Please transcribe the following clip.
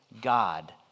God